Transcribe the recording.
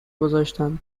گذاشتن